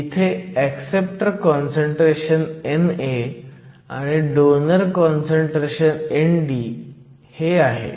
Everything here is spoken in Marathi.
इथे ऍक्सेप्टर काँसंट्रेशन NA आणि डोनर काँसंट्रेशन ND आहे